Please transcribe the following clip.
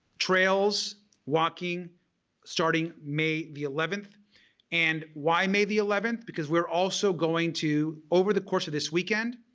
trails walking starting may the eleventh and why may the eleventh because we're also going to, over the course of this weekend,